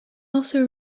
also